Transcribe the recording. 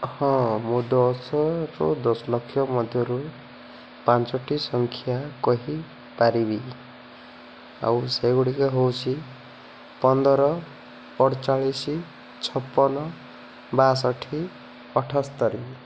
ହଁ ମୁଁ ଦଶରୁ ଦଶଲକ୍ଷ ମଧ୍ୟରୁ ପାଞ୍ଚୋଟି ସଂଖ୍ୟା କହିପାରିବି ଆଉ ସେଗୁଡ଼ିକ ହେଉଛିି ପନ୍ଦର ଅଡ଼ଚାଳିଶି ଛପନ ବାଷଠି ଅଠସ୍ତରୀ